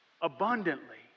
abundantly